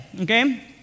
Okay